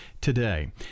today